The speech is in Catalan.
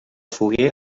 foguer